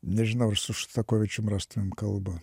nežinau ar su šostakovičium rastumėm kalbą